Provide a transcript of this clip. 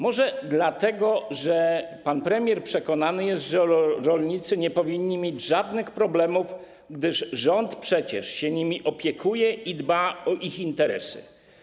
Może dlatego, że pan premier jest przekonany, że rolnicy nie powinni mieć żadnych problemów, gdyż rząd przecież się nimi opiekuje i dba o ich interesy.